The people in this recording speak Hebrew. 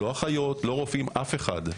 לא אחיות ולא רופאים אף אחד.